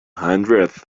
hundredth